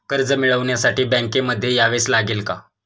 कर्ज मिळवण्यासाठी बँकेमध्ये यावेच लागेल का?